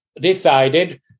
decided